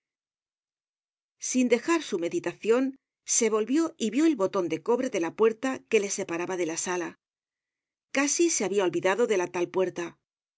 sin dejar su meditacion se volvió y vió el botón de cobre de la puerta que le separaba de la sala casi se habia olvidado de la tal puerta